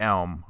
Elm